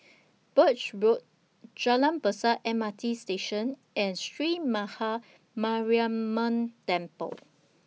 Birch Road Jalan Besar M R T Station and Sree Maha Mariamman Temple